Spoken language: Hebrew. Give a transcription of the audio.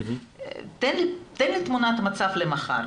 תן לי תמונת מצב למחר.